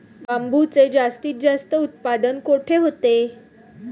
बांबूचे जास्तीत जास्त उत्पादन कुठे होते?